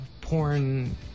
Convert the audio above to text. porn